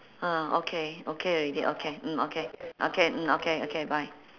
mm okay okay already okay mm okay okay mm okay okay bye